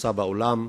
שנמצא באולם,